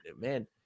man